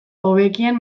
hobekien